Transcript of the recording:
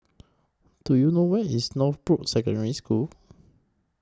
Do YOU know Where IS Northbrooks Secondary School